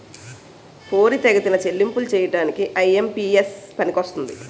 పోరితెగతిన చెల్లింపులు చేయడానికి ఐ.ఎం.పి.ఎస్ పనికొస్తుంది